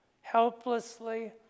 helplessly